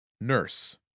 Nurse